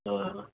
ꯑꯥ